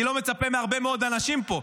אני לא מצפה מהרבה מאוד אנשים פה,